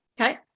okay